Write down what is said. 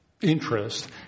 interest